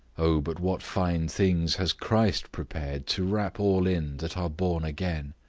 o but what fine things has christ prepared to wrap all in that are born again!